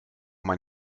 mein